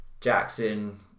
Jackson